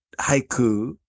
haiku